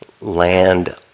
land